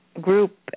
group